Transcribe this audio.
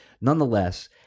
nonetheless